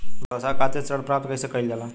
व्यवसाय खातिर ऋण प्राप्त कइसे कइल जाला?